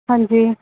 ਹਾਂਜੀ